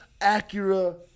Acura